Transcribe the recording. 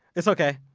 it's okay,